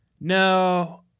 No